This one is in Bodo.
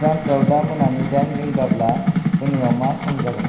फ्रान्सआव दा मोनानि दाइन रिंगाब्ला पुनेयाव मा सम जागोन